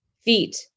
feet